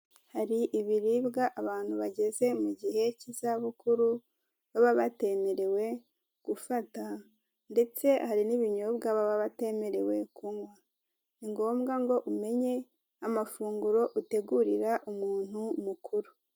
Hari ibiribwa abantu bageze mu gihe cy'izabukuru baba batemerewe gufata ndetse hari n'ibinyobwa baba batemerewe kunywa, ni ngombwa ngo umenye amafunguro utegurira umuntu mukuru.